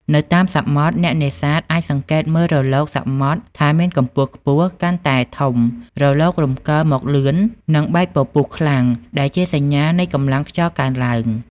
នៅតាមសមុទ្រ អ្នកនេសាទអាចសង្កេតមើលរលកសមុទ្រថាមានកម្ពស់ខ្ពស់ កាន់តែធំ រលករំកិលមកលឿន និងបែកពពុះសខ្លាំង ដែលជាសញ្ញានៃកម្លាំងខ្យល់កើនឡើង។